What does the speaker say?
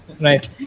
Right